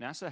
nasa